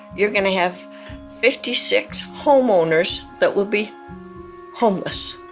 you're going to have fifty six homeowners that will be homeless.